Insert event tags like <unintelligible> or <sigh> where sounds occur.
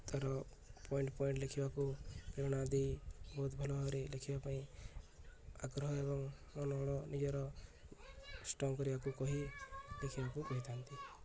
ତା'ର point point ଲେଖିବାକୁ ପ୍ରେରଣା ଆଦି ବହୁତ ଭଲ ଭାବରେ ଲେଖିବା ପାଇଁ ଆଗ୍ରହ ଏବଂ <unintelligible> ନିଜର ଷ୍ଟଙ୍ଗ କରିବାକୁ କହି ଲେଖିବାକୁ କହିଥାନ୍ତି